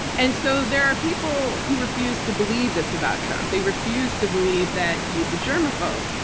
and so there are people who refuse to believe this about trump. they refuse to believe that he is a germaphobe.